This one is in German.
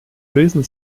lösen